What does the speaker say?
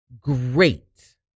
great